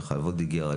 מיכל וולדיגר,